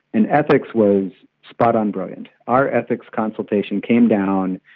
and ethics was spot-on brilliant, our ethics consultation came down,